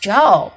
Joe